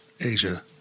Asia